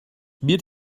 bir